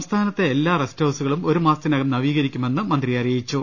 സംസ്ഥാനത്തെ എല്ലാ റസ്റ്റ്ഹൌസുകളും ഒരു മാസത്തിനുളളിൽ നവീകരിക്കുമെന്ന് മന്ത്രി അറിയിച്ചു